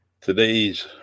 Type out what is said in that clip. today's